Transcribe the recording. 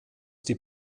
die